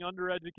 undereducated